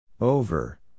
Over